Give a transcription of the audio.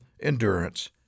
endurance